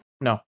No